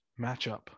matchup